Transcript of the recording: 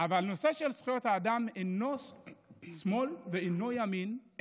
אבל הנושא של זכויות האדם אינו שמאל ואינו ימין.